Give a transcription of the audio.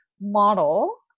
model